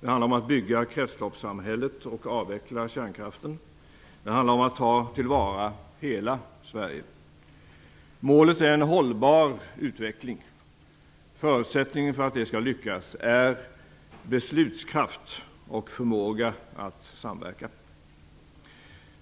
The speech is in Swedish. Det handlar om att bygga kretsloppssamhället och avveckla kärnkraften. Det handlar om att ta till vara hela Sverige. Målet är en hållbar utveckling. Förutsättningen för att det skall lyckas är beslutskraft och förmåga att samverka.